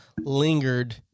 lingered